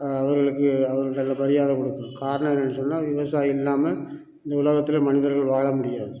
அவர்களுக்கு அவர் நல்ல மரியாதை கொடுக்கணும் காரணம் என்னென்னு சொன்னால் விவசாயம் இல்லாமல் இந்த உலகத்தில் மனிதர்கள் வாழ முடியாது